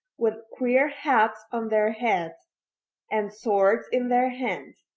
with queer hats on their heads and swords in their hands.